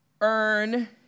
earn